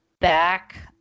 back